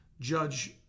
judge